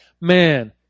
man